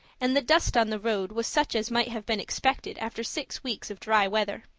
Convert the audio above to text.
and the dust on the road was such as might have been expected after six weeks of dry weather.